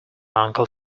uncle